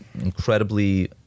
incredibly